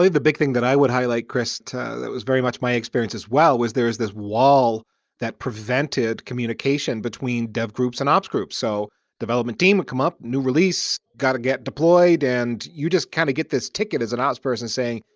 the big thing that i would highlight, chris, that was very much my experience as well, was there is this wall that prevented communication between dev groups and ops groups. so development team would come, new release, gotta get deployed and you just kind of get this ticket as an ops person saying,